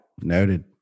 Noted